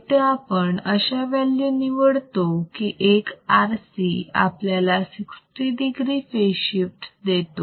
इथे आपण अशा व्हॅल्यू निवडतो की एक RC आपल्याला 60 degree फेज शिफ्ट देतो